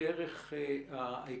אלה בערך ההיקפים.